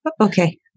Okay